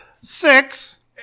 Six